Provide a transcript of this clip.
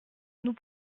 nous